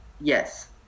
Yes